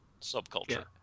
subculture